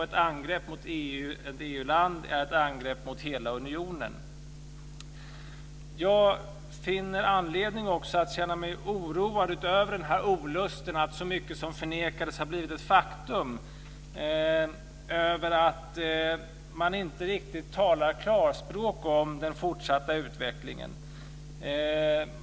Ett angrepp mot ett EU-land är ett angrepp mot hela unionen. Vidare finner jag anledning att utöver olusten inför att så mycket som förnekats blivit ett faktum också känna oro över att man inte riktigt talar klarspråk om den fortsatta utvecklingen.